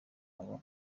aba